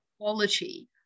quality